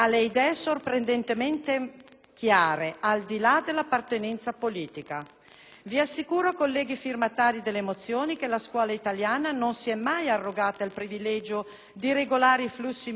chiare, al di là dell'appartenenza politica. Vi assicuro, colleghi firmatari delle mozioni, che la scuola italiana non si è mai arrogata il privilegio di regolare i flussi migratori e mai lo farà: